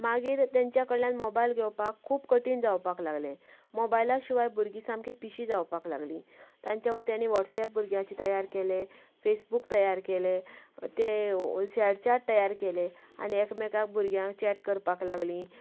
मागीर तेंच्या कडल्यान मोबायल घेवपाक खूब कठीण जावपाक लागले मोबायला शिवाय भुरगीं सामकी पिशी जावपाक लागली तांच्या मतानी व्हाटसएप भुरग्यांनी तयार केलें फेसबुक तयार केलें ते शेयर चेट तयार केले आनी एकामेका लागीं चेट करपाक लागलीं